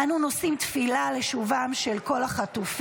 אנו נושאים תפילה לשובם של כל החטופים.